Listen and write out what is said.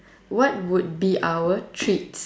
what would be our treats